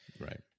Right